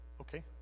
Okay